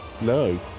no